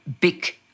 big